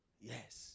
Yes